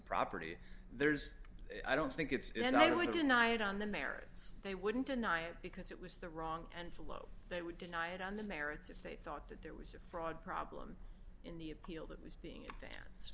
property there's i don't think it's totally denied on the merits they wouldn't deny it because it was the wrong and follow they would deny it on the merits if they thought that there was a fraud problem in the appeal that was being dance